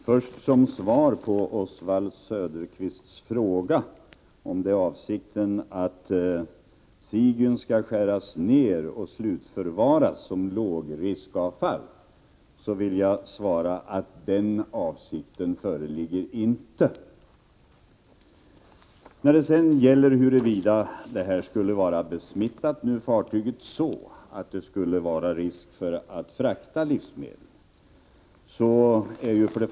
Fru talman! På Oswald Söderqvists fråga om avsikten är att Sigyn skall skäras ner och slutförvaras som lågriskavfall, vill jag svara att den avsikten föreligger inte. Sedan gäller det frågan huruvida fartyget nu skulle vara besmittat så att det skulle innebära risk att frakta spannmål.